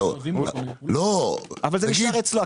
אבל זה נשאר אצלו.